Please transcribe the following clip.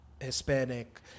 Hispanic